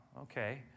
okay